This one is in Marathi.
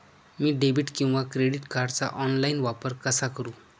मी डेबिट किंवा क्रेडिट कार्डचा ऑनलाइन वापर कसा करु?